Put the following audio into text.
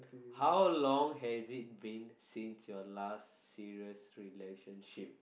how long has it been since your last serious relationship